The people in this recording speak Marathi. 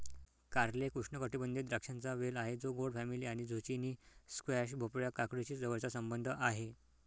कारले एक उष्णकटिबंधीय द्राक्षांचा वेल आहे जो गोड फॅमिली आणि झुचिनी, स्क्वॅश, भोपळा, काकडीशी जवळचा संबंध आहे